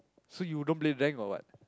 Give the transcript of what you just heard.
so you don't play rank or what